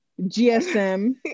gsm